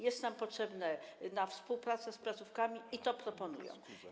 Jest nam potrzebna współpraca z placówkami i to proponuje.